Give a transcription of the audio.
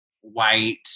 white